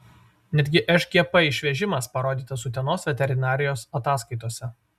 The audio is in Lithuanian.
netgi šgp išvežimas parodytas utenos veterinarijos ataskaitose